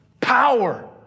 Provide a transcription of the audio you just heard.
Power